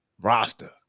roster